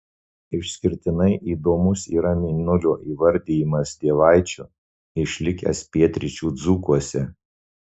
išskirtinai įdomus yra mėnulio įvardijimas dievaičiu išlikęs pietryčių dzūkuose